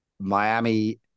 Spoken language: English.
Miami